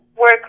work